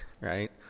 right